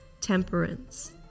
temperance